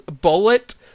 bullet